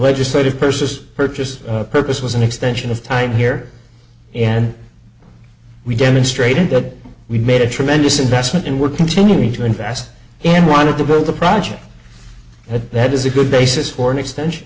legislative persis purchase purpose was an extension of time here and we demonstrated that we made a tremendous investment and we're continuing to invest and wanted to build the project but that is a good basis for an extension